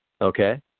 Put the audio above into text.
Okay